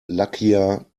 luckier